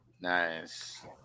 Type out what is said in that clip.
Nice